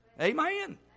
Amen